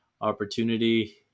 opportunity